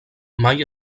mai